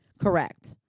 Correct